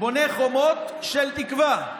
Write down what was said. בונה חומות של תקווה.